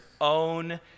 own